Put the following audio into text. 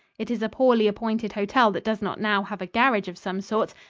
it is a poorly appointed hotel that does not now have a garage of some sort,